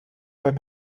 beim